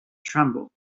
tremble